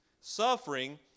suffering